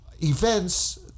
events